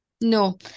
No